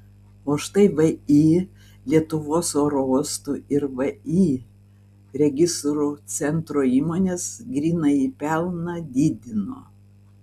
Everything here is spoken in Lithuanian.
o štai vį lietuvos oro uostų ir vį registrų centro įmonės grynąjį pelną didino